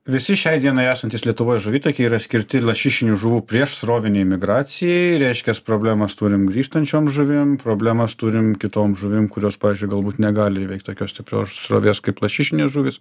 visi šiai dienai esantys lietuvoj žuvitakiai yra skirti lašišinių žuvų priešsrovinei migracijai reiškias problemas turim grįžtančiom žuvim problemas turim kitom žuvim kurios pavyzdžiui galbūt negali įveikt tokios stiprios srovės kaip lašišinės žuvys